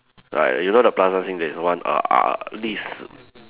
like you know the Plaza Sing there's one err uh this